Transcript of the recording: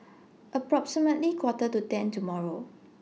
approximately Quarter to ten tomorrow